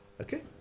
Okay